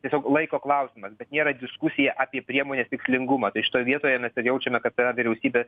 tiesiog laiko klausimas bet nėra diskusija apie priemonės tikslingumą tai šitoj vietoje mes ir jaučiame kad yra vyriausybė